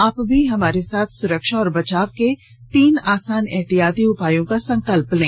आप भी हमारे साथ सुरक्षा और बचाव के तीन आसान एहतियाती उपायों का संकल्प लें